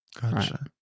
Gotcha